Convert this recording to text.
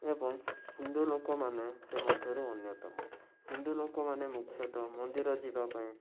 ଏବଂ ହିନ୍ଦୁ ଲୋକମାନେ ସେ ମଧ୍ୟରେ ଅନ୍ୟତମ ହିନ୍ଦୁ ଲୋକମାନେ ମୁଖ୍ୟତଃ ମନ୍ଦିର ଯିବା ପାଇଁ